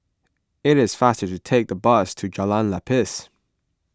it is faster to take the bus to Jalan Lepas